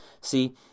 see